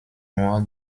nur